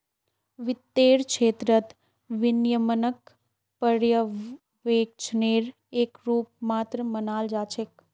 वित्तेर क्षेत्रत विनियमनक पर्यवेक्षनेर एक रूप मात्र मानाल जा छेक